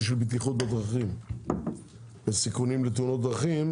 של בטיחות בדרכים וסיכונים לתאונות דרכים,